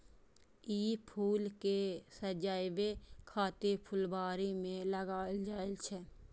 ई फूल कें सजाबै खातिर फुलबाड़ी मे लगाएल जाइ छै